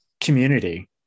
community